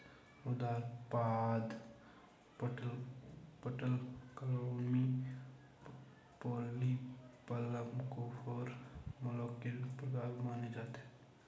उदरपाद, पटलक्लोमी, polyplacophora, mollusc के प्रकार माने जाते है